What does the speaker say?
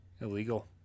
illegal